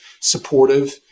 supportive